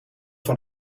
van